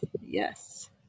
Yes